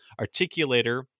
articulator